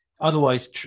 otherwise